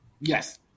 Yes